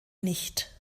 nicht